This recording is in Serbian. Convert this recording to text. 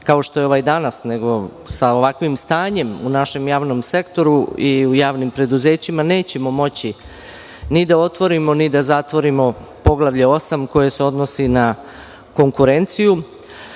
kao što je ovaj danas, nego sa ovakvim stanjem u našem javnom sektoru i u javnim preduzećima, nećemo moći ni da otvorimo ni da zatvorimo Poglavlje VIII, koje se odnosi na konkurenciju,